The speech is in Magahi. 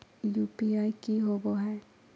यू.पी.आई की होबो है?